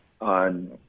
on